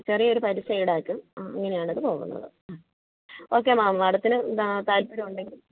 ചെറിയ ഒരു പലിശ ഈടാക്കും അങ്ങനെയാണ് അത് പോകുന്നത് അ ഓക്കെ മാം മാഡത്തിന് താല്പര്യം ഉണ്ടെങ്കിൽ